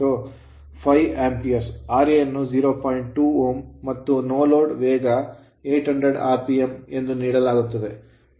2 Ω ಮತ್ತು noload no load ವೇಗ 800rpm ಎಂದು ನೀಡಲಾಗುತ್ತದೆ ಮತ್ತು ಇದು back emf ಬ್ಯಾಕ್ ಇಎಂಎಫ್ ಆಗಿದೆ